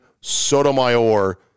Sotomayor